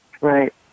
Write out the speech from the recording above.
Right